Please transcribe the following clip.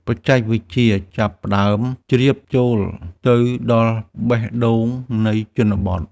បច្ចេកវិទ្យាចាប់ផ្ដើមជ្រាបចូលទៅដល់បេះដូងនៃជនបទ។